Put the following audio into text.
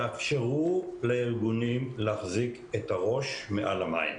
תאפשרו לארגונים להחזיק את הראש מעל המים.